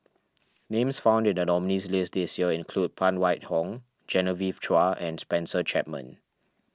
names found in the nominees' list this year include Phan Wait Hong Genevieve Chua and Spencer Chapman